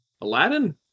Aladdin